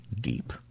deep